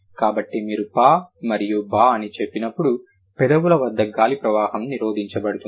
కాబట్టి మీరు ప మరియు బ అని చెప్పినప్పుడు పెదవుల వద్ద గాలి ప్రవాహం నిరోధించబడుతుంది